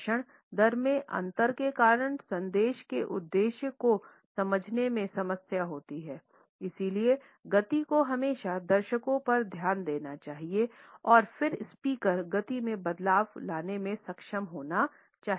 भाषण दर में अंतर के कारण संदेश के उद्देश्य को समझने में समस्या होती है इसलिए गति को हमेशा दर्शकों पर ध्यान देना चाहिए और फिर स्पीकर गति में बदलाव लाने में सक्षम होना चाहिए